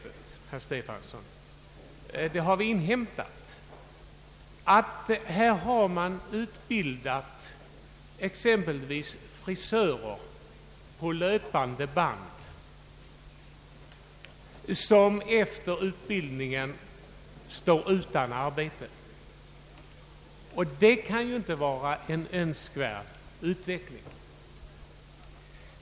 Enligt vad vi inhämtat, herr Stefanson, har man exempelvis utbildat frisörer på löpande band som efter utbildningen stått utan arbete, och detta kan ju inte vara någon önskvärd utveckling.